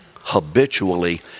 habitually